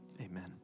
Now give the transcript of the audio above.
Amen